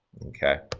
ok.